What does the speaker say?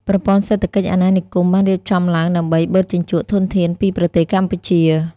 ប្រព័ន្ធសេដ្ឋកិច្ចអាណានិគមបានរៀបចំឡើងដើម្បីបឺតជញ្ជក់ធនធានពីប្រទេសកម្ពុជា។